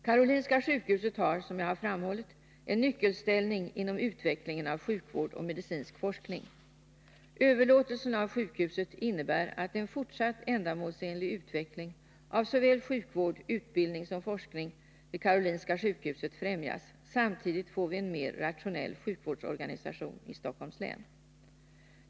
Karolinska sjukhuset har, som jag har framhållit, en nyckelställning inom utvecklingen av sjukvård och medicinsk forskning. Överlåtelsen av sjukhuset innebär att en fortsatt ändamålsenlig utveckling av såväl sjukvård som utbildning och forskning vid Karolinska sjukhuset främjas. Samtidigt får vi en mer rationell sjukvårdsorganisation i Stockholms län.